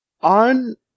on